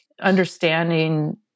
understanding